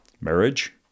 Marriage